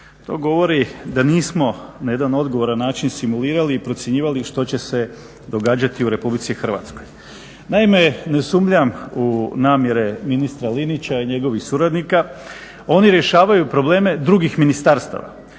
To govori da nismo na jedan odgovoran način simulirali i procjenjivali što će se događati u Republici Hrvatskoj. Naime, ne sumnjam u namjere ministra Linića i njegovih suradnika, oni rješavaju problem drugih ministarstava,